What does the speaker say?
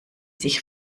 sich